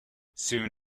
soon